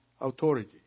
authority